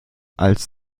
als